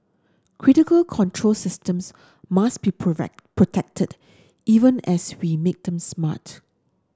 critical control systems must be protected even as we make them smart